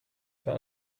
for